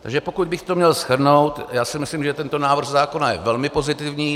Takže pokud bych to měl shrnout, já si myslím, že tento návrh zákona je velmi pozitivní.